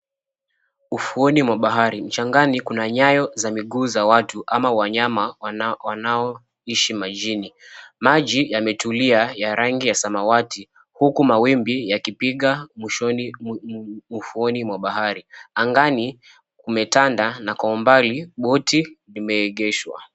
Ufuoni mwa bahari. Mchangani kuna nyayo za miguu za watu ama wanyama wanaoishi majini. Maji yametulia ya rangi ya samawati huku mawimbi yakipiga ufuoni mwa bahari. Angani kumetanda na kwa mbali boti limeegeshwa.